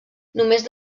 només